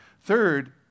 Third